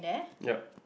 yup